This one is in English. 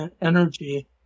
energy